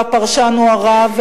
והפרשן הוא הרב,